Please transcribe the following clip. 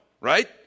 right